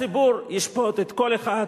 הציבור ישפוט את כל אחד: